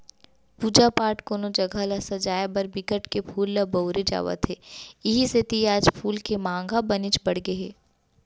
पूजा पाठ, कोनो जघा ल सजाय बर बिकट के फूल ल बउरे जावत हे इहीं सेती आज फूल के मांग ह बनेच बाड़गे गे हे